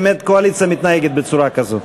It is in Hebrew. באמת הקואליציה מתנהגת בצורה כזאת.